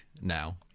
now